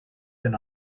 been